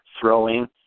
throwing